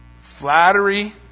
Flattery